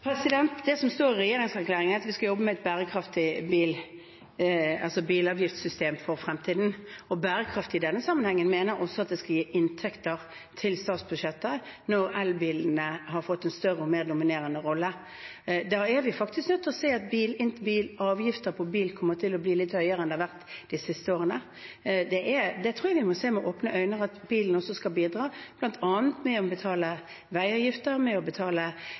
Det som står i regjeringserklæringen, er at vi skal jobbe med et bærekraftig bilavgiftssystem for fremtiden. Med bærekraftig i denne sammenhengen menes også at det skal gi inntekter til statsbudsjettet når elbilene har fått en større og mer dominerende rolle. Da er vi faktisk nødt til å se at avgiftene på bil kommer til å bli litt høyere enn de har vært de siste årene. Jeg tror vi må se med åpne øyne på at bilen også skal bidra, bl.a. med å betale veiavgifter, med å betale